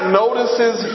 notices